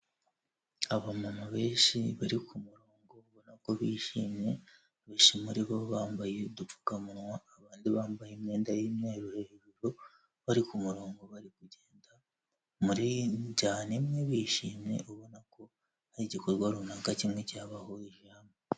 Abamama benshi bari ku mu rongo ubona ko bishimye, abenshi muri bo bambaye udupfukamunwa, abandi bambaye imyenda y'umweru hejuru, bari ku murongo bari kugenda muri njyana imwe bishimye, ubona ko hari igikorwa runaka kimwe cyabahurije hamwe.